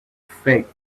faked